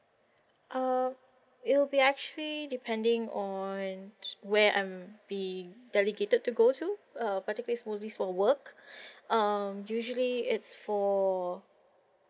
um it will be actually depending on where I'm be delegated to go to uh particular mostly for work um usually it's for